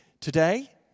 today